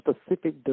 specific